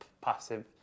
passive